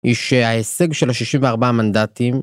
היא שההישג של ה-64 מנדטים